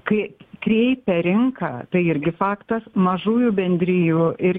kai kreipia rinką tai irgi faktas mažųjų bendrijų ir